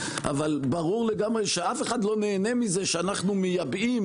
אבל ברור לגמרי שאף אחד לא נהנה מכך שאנחנו מייבאים